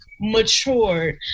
matured